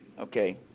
Okay